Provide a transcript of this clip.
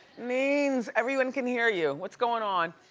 neens, everyone can hear you, what's goin' on?